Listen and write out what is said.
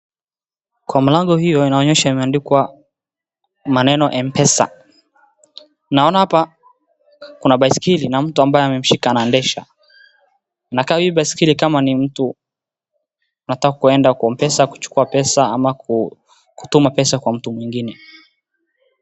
Kwa mlango hio inaonyehsa imeandikwa maneno M-pesa. Naona hapa kuna baiskeli na mtu ambaye amemshika anaendesha. Inakaa hii baiskeli kama ni mtu anataka kwenda kwa M-pesa kuchukua pesa ama kutuma pesa kwa mtu mwingine.